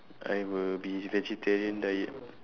I will be vegetarian diet